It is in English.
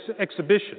exhibition